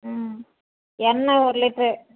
ம் எண்ணெய் ஒரு லிட்ரு